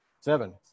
seven